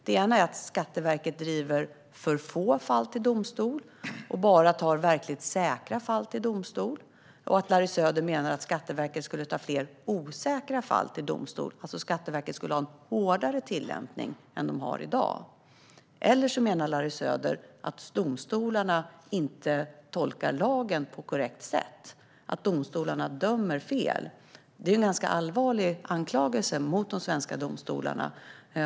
Den ena är att Skatteverket driver för få och bara verkligt säkra fall till domstol och att Skatteverket skulle ta fler osäkra fall till domstol, alltså att Skatteverket skulle ha en hårdare tillämpning än vad man har i dag. Den andra är att domstolarna inte tolkar lagen på ett korrekt sätt utan dömer fel. Det är en ganska allvarlig anklagelse mot de svenska domstolarna.